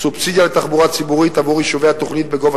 סובסידיה לתחבורה ציבורית עבור יישובי התוכנית בגובה